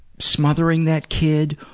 smothering that kid,